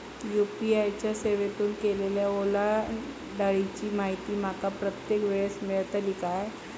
UPI च्या सेवेतून केलेल्या ओलांडाळीची माहिती माका प्रत्येक वेळेस मेलतळी काय?